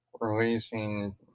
releasing